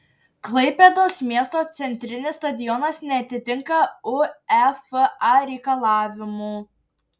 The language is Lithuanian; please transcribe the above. klaipėdos miesto centrinis stadionas neatitinka uefa reikalavimų